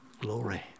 glory